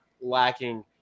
lacking